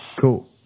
Cool